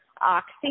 Oxy